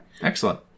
Excellent